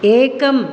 एकम्